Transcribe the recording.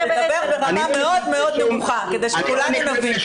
תדבר ברמה מאוד מאוד נמוכה, כדי שכולנו נבין.